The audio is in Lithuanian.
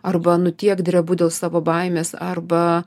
arba nu tiek drebu dėl savo baimės arba